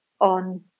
on